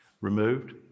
Removed